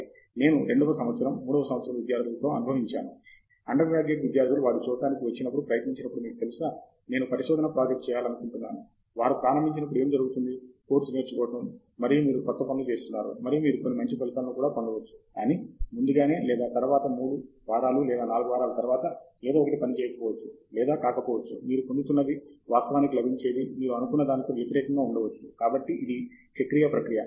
ఇది నేను రెండవ సంవత్సరం మూడవ సంవత్సరం విధ్యార్ధులతో అనుభవించాను అండర్ గ్రాడ్యుయేట్ విద్యార్థులు వారు చూడటానికి వచ్చినప్పుడు ప్రయత్నించినప్పుడు మీకు తెలుసా నేను పరిశోధన ప్రాజెక్ట్ చేయాలనుకుంటున్నాను వారు ప్రారంభించినప్పుడు ఏమి జరుగుతుంది కోర్సు నేర్చుకోవడం మరియు మీరు క్రొత్త పనులు చేస్తున్నారు మరియు మీరు కొన్ని మంచి ఫలితాలను కూడా పొందవచ్చు కానీ ముందుగానే లేదా తరువాత మూడు వారాలు లేదా నాలుగు వారాల తర్వాత ఏదో ఒకటి పని చేయకపోవచ్చు లేదా కావచ్చు మీరు పొందుతున్నది వాస్తవానికి లభించేది మీరు అనుకున్న దానితో వ్యతిరేకంగా ఉండవచ్చు కాబట్టి ఇది చక్రీయ ప్రక్రియ